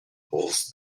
polls